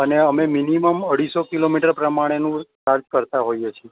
અને અમે મિનિમમ અઢીસો કિલોમીટર પ્રમાણેનું ચાર્જ કરતાં હોઈએ છે